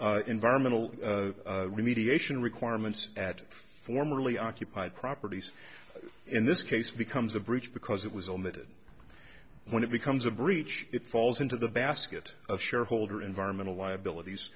environmental remediation requirements at formerly occupied properties in this case becomes a breach because it was omitted when it becomes a breach it falls into the basket of shareholder environmental liabilities